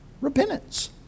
repentance